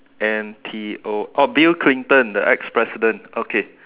N T O oh Bill-Clinton the ex president okay